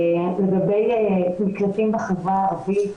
לגבי מקלטים בחברה הערבית,